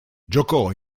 giocò